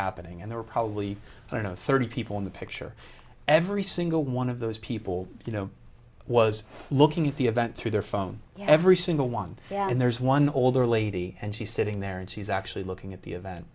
happening and they were probably you know thirty people in the picture every single one of those people you know was looking at the event through their phone every single one yeah and there's one older lady and she's sitting there and she's actually looking at the event